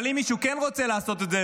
אבל אם מישהו כן רוצה לעשות את זה,